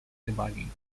debugging